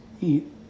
eat